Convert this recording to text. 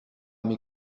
mes